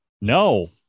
No